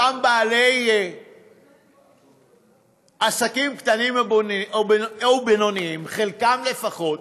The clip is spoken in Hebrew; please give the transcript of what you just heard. אותם בעלי עסקים קטנים ובינוניים, חלקם לפחות,